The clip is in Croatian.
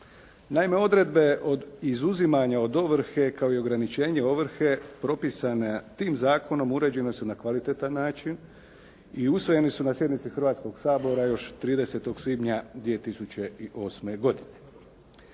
Naime, odredbe od izuzimanja od ovrhe, kao i ograničenje ovrhe propisane tim zakonom uređena su na kvalitetan način i usvojeni su na sjednici Hrvatskoga sabora još 30. svibnja 2008. godine.